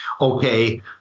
Okay